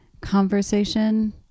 conversation